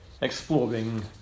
exploring